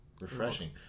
refreshing